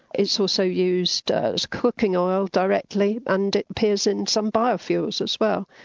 it's also used as cooking oil directly, and it appears in some biofuels as well,